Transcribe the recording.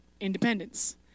independence